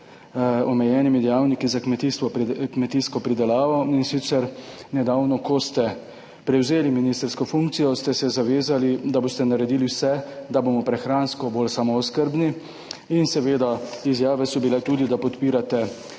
omejenimi dejavniki za kmetijsko pridelavo, in sicer nedavno, ko ste prevzeli ministrsko funkcijo, ste se zavezali, da boste naredili vse, da bomo prehransko bolj samooskrbni. Izjave so bile tudi, da podpirate